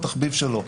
התחביב שלו.